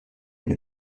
une